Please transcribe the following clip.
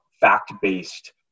fact-based